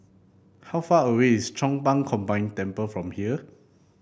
how far away is Chong Pang Combine Temple from here